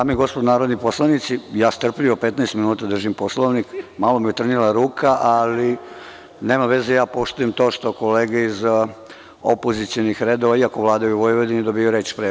Dame i gospodo narodni poslanici, ja strpljivo 15 minuta držim Poslovnik, malo mi je utrnula ruka, ali, nema veze, ja poštujem to što kolege iz opozicionih redova, iako vladaju u Vojvodini, dobijaju reč pre.